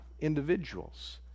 individuals